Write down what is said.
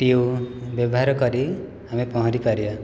TU ବ୍ୟବହାର କରି ଆମେ ପହଁରିପାରିବା